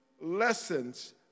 lessons